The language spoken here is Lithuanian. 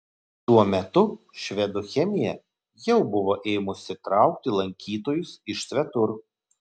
tuo metu švedų chemija jau buvo ėmusi traukti lankytojus iš svetur